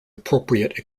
appropriate